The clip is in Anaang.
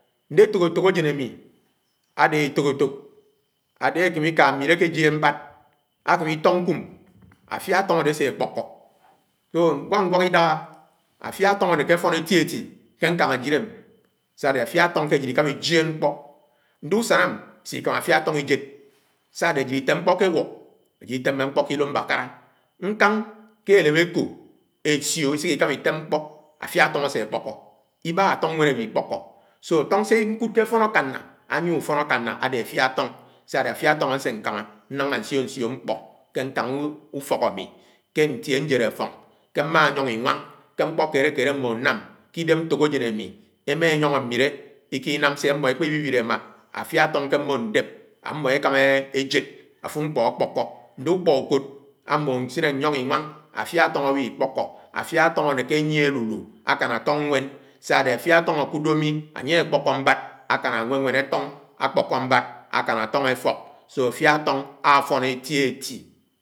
Ndị otóketók ajén ami ade efok efok adéhé ákémé iká name akányíe mbád àkémé itọk nkùm afia atóng adé asé kpókó, ñwák-ñwák Idáhá afia átóng aneke áfón eti eti ke ñkang ájid em! sáádé àfia afóng ke ájid ikámá ijéd ñkpo nde ùsán isi-ikámá afia atọng ijéd Sá ade ajied itém ñkpo ke ewuk ájid itemé ñkpo ke ilo mbákára nkáng ke elém ekó esio iseke ikámá itém mkpọ́ afia atọng ase kpọko ibáhá atọng ñwén awihi ikpọ́kó so atóng sé ñkud ke afón akáná, ányié ufon àkáná adé afia àfóng sá-ade afia atóng asé ñkámá náñga ñsio-ñsio ñkpo ke ñkañg ùfọk ámi, ké ñkpo kélé-kélé mmóhó nám, ke-idem ntuk ajén ami ema ényóngo namile elinwám sé ámmó ekpé wiwile emá afiá atóng ké mmó ñdép mmo ekámá ejed áfùrò ñkpó akpolo. nde úkpo-úkót ámmó nsine nyōng inwáng afia atọng àwi ikpọ́kó, afia atóng aneke ányié aluhi akán atóng ñwén sa-ade afia atóng akude mi ányé akpọkọt mbád anam ànwénwén átóng, akpọkọ mbád akán atóng èfọ́k, so afia afọ́ng afọn eti eti.